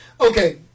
okay